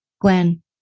Gwen